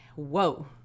Whoa